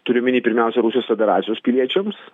turiu omeny pirmiausia rusijos federacijos piliečiams